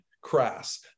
crass